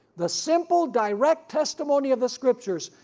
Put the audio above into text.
the simple, direct testimony of the scriptures,